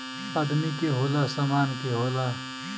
आदमी के होला, सामान के होला